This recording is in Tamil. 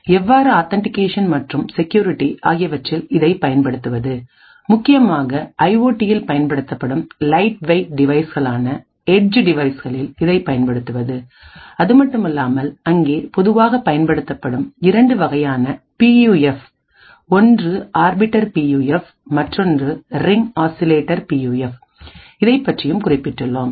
எவ்வாறு ஆத்தன்டிகேஷன் மற்றும் செக்யூரிட்டி ஆகியவற்றில் இதை பயன்படுத்துவது முக்கியமாக ஐஓடியில் பயன்படுத்தப்படும்லைட் வெயிட் டிவைஸ்ஹலான ஏட்ஜ் டிவைஸ்கலில் இதை பயன்படுத்துவதுஅதுமட்டுமல்லாமல் அங்கே பொதுவாக பயன்படுத்தப்படும் இரண்டு வகையான பியூஎஃப் ஒன்று ஆர்பிட்டர் பியூஎஃப் மற்றொன்று ரிங் ஆசிலேட்டர் பியூஎஃப் இதைப் பற்றியும் குறிப்பிட்டுள்ளோம்